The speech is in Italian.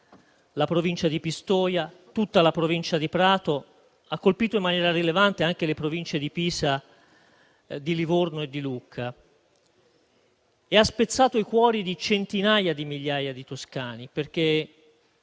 la provincia di Pistoia, tutta la provincia di Prato, ma ha colpito in maniera rilevante anche le province di Pisa, di Livorno e di Lucca e ha spezzato i cuori di centinaia di migliaia di toscani, perché